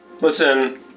Listen